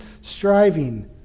striving